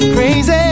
Crazy